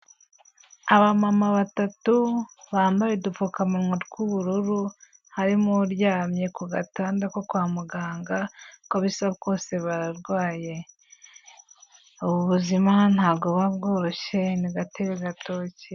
Abamama batatu bambaye udupfukamunwa tw'ubururu harimo uryamye ku gatanda ko kwa muganga uko bisa kose bararwaye, ubu buzima ntago buba bworoshye ni gatebe gatoki.